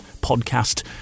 podcast